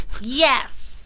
Yes